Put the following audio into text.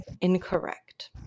Incorrect